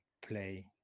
play